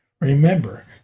Remember